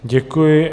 Děkuji.